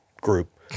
group